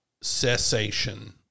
cessation